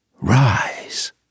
rise